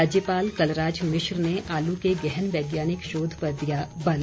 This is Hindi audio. राज्यपाल कलराज मिश्र ने आलू के गहन वैज्ञानिक शोध पर दिया बल